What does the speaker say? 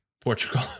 Portugal